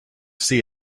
see